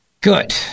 Good